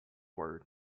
word